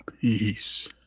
Peace